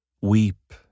Weep